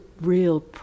real